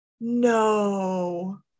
No